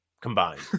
combined